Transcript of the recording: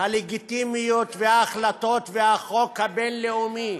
הלגיטימיות וההחלטות והחוק הבין-לאומי.